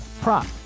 prop